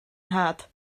nhad